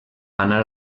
anar